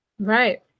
Right